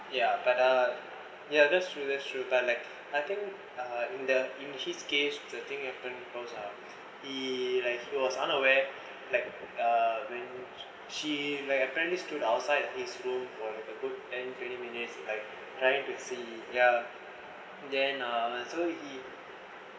ya but uh yeah that's true that's true but like I think uh in the in his case the thing happen close lah he like he was unaware like uh when she like apparently stood outside his school for a good ten twenty minutes like trying to see ya then uh so he